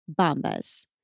Bombas